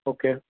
okay